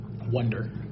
wonder